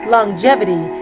longevity